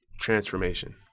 transformation